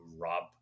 Rob